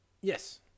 Yes